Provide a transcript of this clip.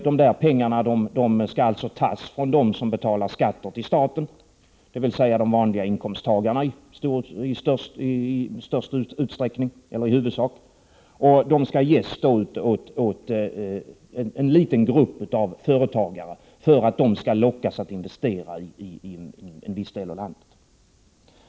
Dessa pengar måste tas från dem som betalar skatter till staten, dvs. i huvudsak de vanliga inkomsttagarna, för att ges till en liten grupp företagare i syfte att locka dem att investera i en viss del av landet.